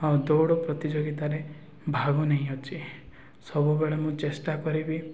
ହଁ ଦୌଡ଼ ପ୍ରତିଯୋଗିତାରେ ଭାଗ ନେଇଅଛି ସବୁବେଳେ ମୁଁ ଚେଷ୍ଟା କରିବି